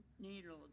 Needle